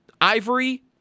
Ivory